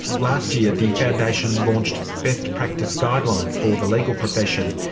last year the foundation launched best practice guidelines for the legal profession,